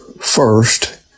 First